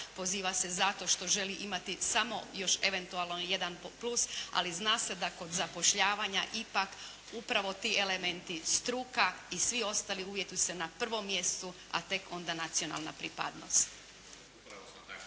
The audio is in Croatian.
poziva se zato što želi imati samo još eventualno jedan plus. Ali zna se da kod zapošljavanja ipak upravo ti elementi struka i svi ostali uvjeti su na prvom mjestu, a tek onda nacionalna pripadnost.